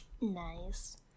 nice